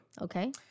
Okay